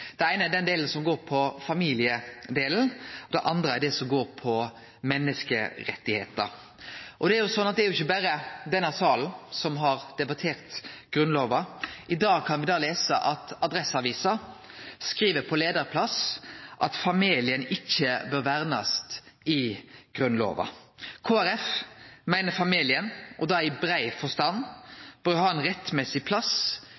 Det eine er den delen som gjeld familie, og det andre er det som gjeld menneskerettar. Det er ikkje berre i denne salen ein har debattert Grunnlova. I dag kan me lese i Adresseavisen på leiarplass at familien ikkje bør vernast i Grunnlova. Kristeleg Folkeparti meiner familien – og da i brei forstand – bør ha ein rettmessig plass